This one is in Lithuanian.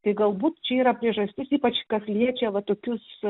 tai galbūt čia yra priežastis ypač kas liečia va tokius